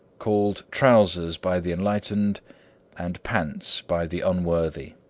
called trousers by the enlightened and pants by the unworthy.